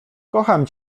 kocham